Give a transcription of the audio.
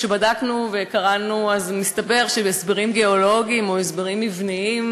כשבדקנו וקראנו אז מסתבר שלפי הסברים גיאולוגיים או הסברים מבניים,